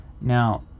Now